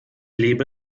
lebe